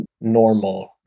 normal